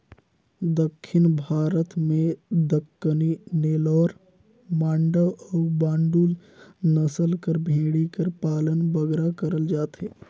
दक्खिन भारत में दक्कनी, नेल्लौर, मांडय अउ बांडुल नसल कर भेंड़ी कर पालन बगरा करल जाथे